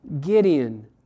Gideon